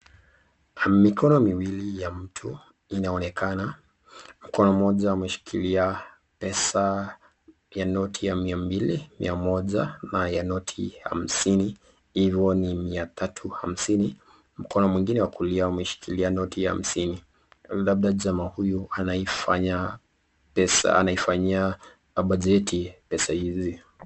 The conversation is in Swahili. Mikono miwili ya mtu inaonekana mkono moja ameshikilia pesa ya noti ya mia mbili, mia moja na noti ya hamsini hiyo ni mia tatu hamsini, mkono ingine ya kia umeshikilia noti ya hamsini labda jamaa huyu anafanya pajeti pesa hizi.